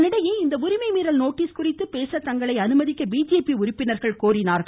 இதனிடையே இந்த உரிமை மீறல் நோட்டிஸ் குறித்து பேச தங்களை அனுமதிக்க பிஜேபி உறுபபினர்கள் கோரினார்கள்